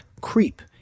Creep